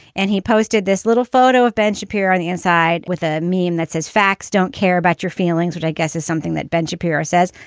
and he posted this little photo of ben shapiro on the inside with a meme that says facts don't care about your feelings, which i guess is something that ben shapiro says,